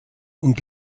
und